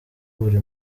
buri